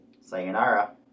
Sayonara